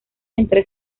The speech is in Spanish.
entre